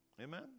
Amen